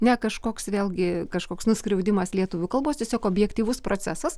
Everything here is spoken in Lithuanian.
ne kažkoks vėlgi kažkoks nuskriaudimas lietuvių kalbos tiesiog objektyvus procesas